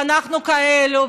ואנחנו כאלה,